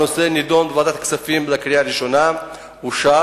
הנושא נדון בוועדת הכספים לקריאה הראשונה ואושר.